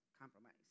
compromise